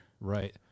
right